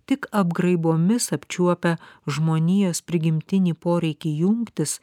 tik apgraibomis apčiuopę žmonijos prigimtinį poreikį jungtis